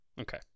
Okay